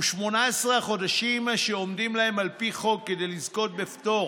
ו-18 החודשים שעומדים להם על פי חוק כדי לזכות בפטור